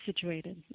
situated